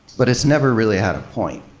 but it's never really had a point.